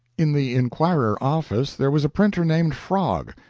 in the inquirer office there was a printer named frog,